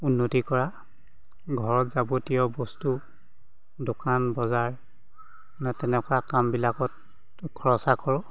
উন্নতি কৰা ঘৰত যাৱতীয় বস্তু দোকান বজাৰ এনে তেনেকুৱা কামবিলাকত খৰচা কৰোঁ